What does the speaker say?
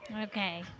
okay